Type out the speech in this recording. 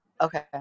Okay